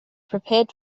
prepared